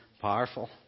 powerful